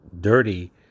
dirty